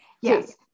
yes